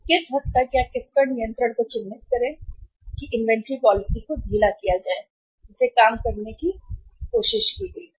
किस हद तक या किस पर नियंत्रण को चिह्नित करें इन्वेंट्री पॉलिसी को ढीला किया जाना चाहिए जिसे काम करने की कोशिश की गई थी